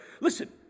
Listen